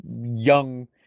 young